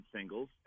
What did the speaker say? singles